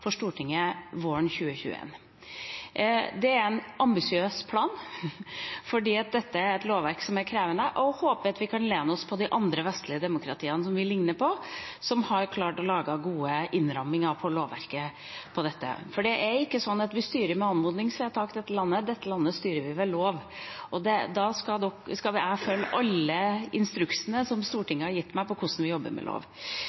for Stortinget våren 2021. Det er en ambisiøs plan, for dette er et lovverk som er krevende. Jeg håper vi kan lene oss på de andre vestlige demokratiene som vi ligner på som har klart å lage gode innramminger i lovverket på dette. Det er ikke sånn at vi styrer etter anmodningsvedtak i dette landet, dette landet styrer vi ved lov. Og da skal jeg følge alle instruksene Stortinget har gitt meg for hvordan vi jobber med lov.